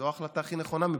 זאת ההחלטה הכי נכונה מבחינתה.